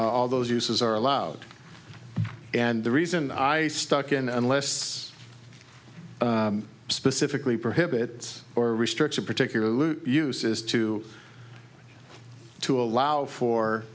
all those uses are allowed and the reason i stuck in unless it's specifically prohibits or restricts a particular use is to to allow for